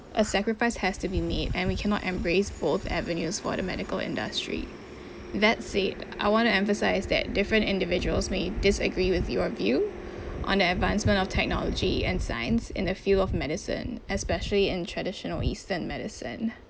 a sacrifice has to be made and we cannot embrace both avenues for the medical industry that said I want to emphasise is that different individuals may disagree with your view on the advancement of technology and science in a field of medicine especially in traditional eastern medicine